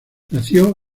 nació